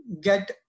get